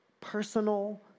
personal